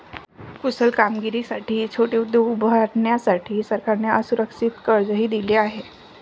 कुशल कारागिरांसाठी छोटे उद्योग उभारण्यासाठी सरकारने असुरक्षित कर्जही दिले आहे